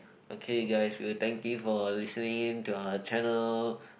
okay guys we'll thank you for listening in to our channel